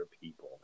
people